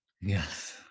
yes